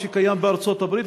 מה שקיים בארצות-הברית,